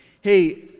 Hey